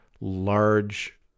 large